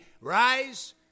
rise